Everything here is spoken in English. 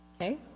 okay